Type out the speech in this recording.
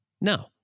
No